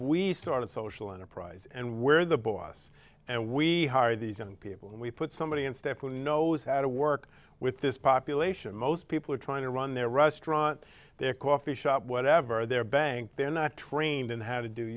we start a social enterprise and where the boss and we hire these young people and we put somebody in stefanos how to work with this population most people are trying to run their restaurant their coffee shop whatever their bank they're not trained in how to do